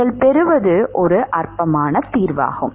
நீங்கள் பெறுவது ஒரு அற்பமான தீர்வாகும்